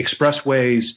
expressways